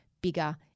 bigger